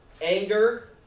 anger